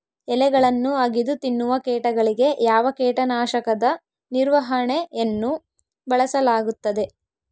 ಎಲೆಗಳನ್ನು ಅಗಿದು ತಿನ್ನುವ ಕೇಟಗಳಿಗೆ ಯಾವ ಕೇಟನಾಶಕದ ನಿರ್ವಹಣೆಯನ್ನು ಬಳಸಲಾಗುತ್ತದೆ?